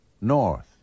north